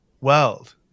world